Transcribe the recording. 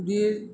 দিয়ে